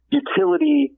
utility